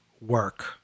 work